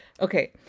okay